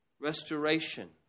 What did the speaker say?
Restoration